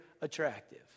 attractive